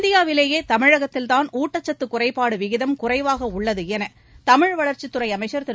இந்தியாவிலேயே தமிழகத்தில்தான் ஊட்டச்சத்து குறைபாடு விகிதம் குறைவாக உள்ளது என தமிழ் வளர்ச்சித்துறை அமைச்சர் திரு